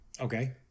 Okay